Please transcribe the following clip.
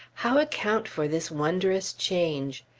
how account for this wondrous change.